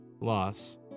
loss